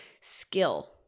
skill